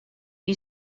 you